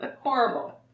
horrible